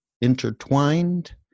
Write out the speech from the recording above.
intertwined